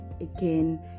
again